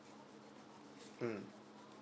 mm